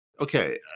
okay